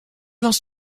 last